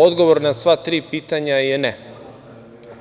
Odgovor na sva tri pitanja je – ne,